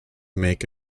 make